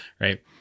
Right